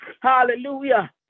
Hallelujah